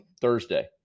Thursday